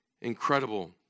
incredible